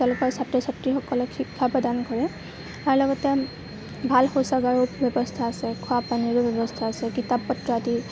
তেওঁলোকৰ ছাত্ৰ ছাত্ৰীসকলক শিক্ষা প্ৰদান কৰে ইয়াৰ লগতে ভাল শৌচাগাৰৰ ব্যৱস্থা আছে খোৱা পানীৰো ব্যৱস্থা আছে কিতাপ পত্ৰ আদি